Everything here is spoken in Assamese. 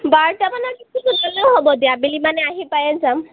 বাৰটা মানত গ'লেও হ'ব দিয়া আবেলি মানে আহি পায়েই যাম